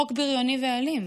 חוק בריוני ואלים.